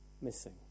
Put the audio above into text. missing